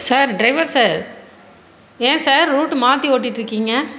sir driver sir ஏன் sir route மாற்றி ஓட்டிட்டுருக்கீங்க